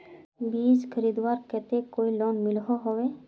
बीज खरीदवार केते कोई लोन मिलोहो होबे?